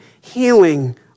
healing